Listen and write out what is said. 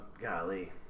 golly